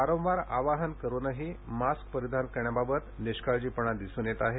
वारंवार आवाहन करुनही मास्क परिधान करण्याबाबत निष्काळजीपणा दिसून येत आहे